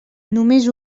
només